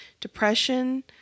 depression